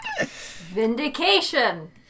Vindication